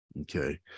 Okay